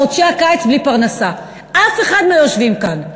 בחודשי הקיץ בלי פרנסה, אף אחד מהיושבים כאן.